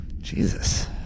Jesus